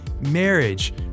marriage